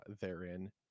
therein